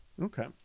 Okay